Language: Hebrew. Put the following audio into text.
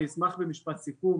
אני אשמח משפט סיכום,